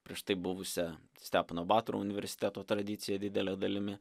prieš tai buvusią stepono batoro universiteto tradiciją didele dalimi